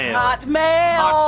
ah ah hotmail.